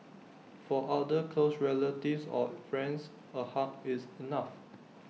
for other close relatives or friends A hug is enough